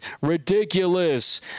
Ridiculous